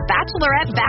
Bachelorette